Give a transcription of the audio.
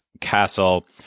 Castle